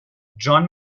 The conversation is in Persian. جان